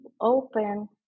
open